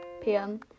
pm